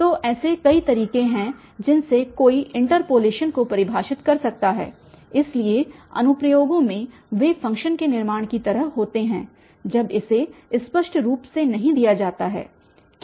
तो ऐसे कई तरीके हैं जिनसे कोई इन्टर्पोलेशन को परिभाषित कर सकता है इसलिए अनुप्रयोगों में वे फ़ंक्शन के निर्माण की तरह होते हैं जब इसे स्पष्ट रूप से नहीं दिया जाता है